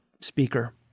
speaker